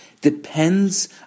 depends